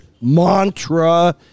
Mantra